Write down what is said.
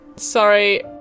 Sorry